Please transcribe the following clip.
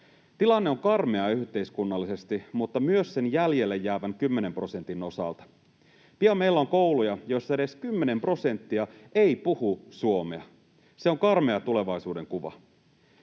Tilanne on karmea yhteiskunnallisesti, mutta myös sen jäljelle jäävän 10 prosentin osalta. Pian meillä on kouluja, joissa edes 10 prosenttia ei puhu suomea. Se on karmea tulevaisuudenkuva.